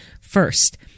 First